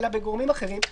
אלא בגורמים אחרים,